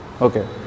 Okay